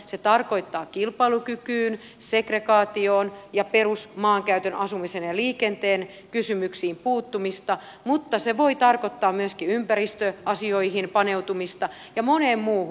se tarkoittaa kilpailukykyyn segregaatioon ja perustaviin maankäytön asumisen ja liikenteen kysymyksiin puuttumista mutta se voi tarkoittaa myöskin paneutumista ympäristöasioihin ja moneen muuhun